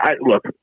look